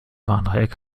warndreieck